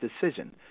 decision